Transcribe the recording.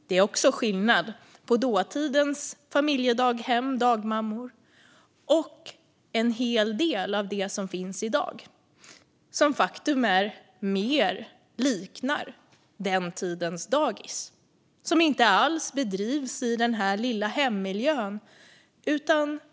Det är också skillnad på dåtidens familjedaghem - dagmammor - och en hel del av det som finns i dag, som faktiskt mer liknar den tidens dagis och som inte alls bedrivs i den lilla hemmiljön.